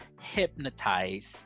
hypnotize